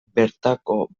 bertako